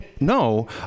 no